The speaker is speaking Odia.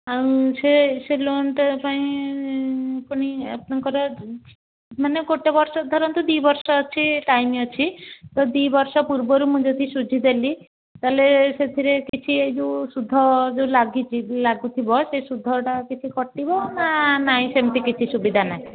ଆଉ ସେ ସେ ଲୋନ୍ଟା ପାଇଁ ପୁଣି ଆପଣଙ୍କର ମାନେ ଗୋଟିଏ ବର୍ଷ ଧରନ୍ତୁ ଦୁଇ ବର୍ଷ ଅଛି ଟାଇମ୍ ଅଛି ତ ଦୁଇ ବର୍ଷ ପୂର୍ବରୁ ମୁଁ ଯଦି ସୁଝି ଦେଲି ତାହେଲେ ସେଥିରେ କିଛି ଏହି ଯେଉଁ ସୁଧ ଯେଉଁ ଲାଗିଛି ଯେଉଁ ଲାଗିଥିବ ସେ ସୁଧଟା କିଛି କଟିବ ନା ନାହିଁ ସେମିତି କିଛି ସୁବିଧା ନାହିଁ